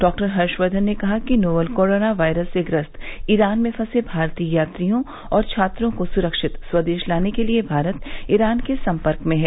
डॉ हर्षवर्धन ने कहा कि नोवल कोरोना वायरस से ग्रस्त ईरान में फंसे भारतीय यात्रियों और छात्रों को सुरक्षित स्वदेश लाने के लिए भारत ईरान के सम्पर्क में है